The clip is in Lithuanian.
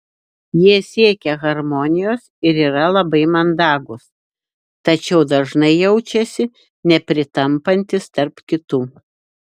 jie siekia harmonijos ir yra labai mandagūs tačiau dažnai jaučiasi nepritampantys tarp kitų